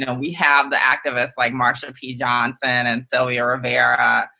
and we have the activists like marsha p. johnson and sylvia rivera.